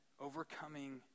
overcoming